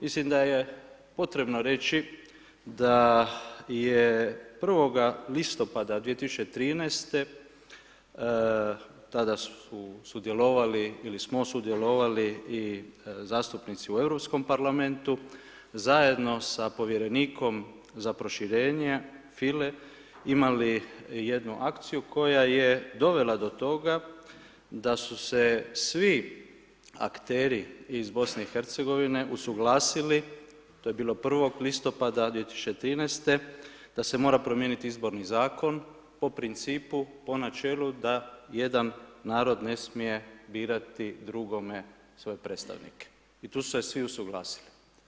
Mislim da je potrebno reći da je 1. listopada 2013. tada su sudjelovali, ili smo sudjelovali i zastupnici u Europskom parlamentu zajedno sa povjerenikom za proširenje File imali jednu akciju koja je dovela do toga da su se svi akteri iz BiH usuglasili to je bilo 1.listopada 2013. da se mora promijeniti izborni zakon po principu, po načelu da jedan narod ne smije birati drugome svoje predstavnike i tu su se svi usuglasili.